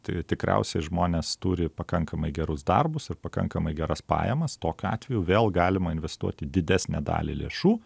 tai tikriausiai žmonės turi pakankamai gerus darbus ir pakankamai geras pajamas tokiu atveju vėl galima investuoti didesnę dalį lėšų